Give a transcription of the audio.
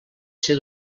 ser